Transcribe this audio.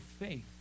faith